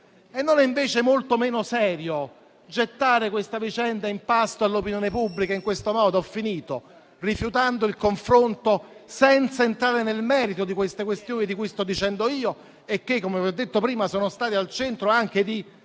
Non è invece molto meno serio gettare questa vicenda in pasto all'opinione pubblica in siffatto modo, rifiutando il confronto, senza entrare nel merito delle questioni di cui sto parlando, e che - come vi ho detto prima - sono state al centro anche di